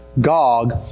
Gog